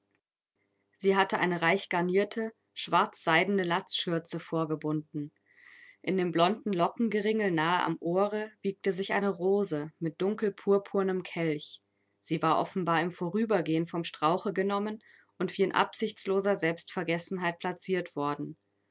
sie hatte eine reichgarnierte schwarzseidene latzschürze vorgebunden in dem blonden lockengeringel nahe am ohre wiegte sich eine rose mit dunkelpurpurnem kelch sie war offenbar im vorübergehen vom strauche genommen und wie in absichtsloser selbstvergessenheit plaziert worden